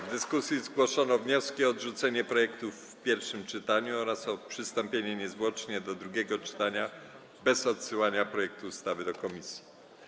W dyskusji zgłoszono wnioski o odrzucenie projektu w pierwszym czytaniu oraz o niezwłoczne przystąpienie do drugiego czytania bez odsyłania projektu ustawy do komisji.